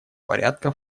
порядка